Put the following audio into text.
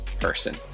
person